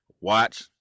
watch